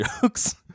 jokes